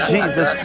Jesus